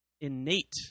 innate